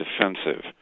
defensive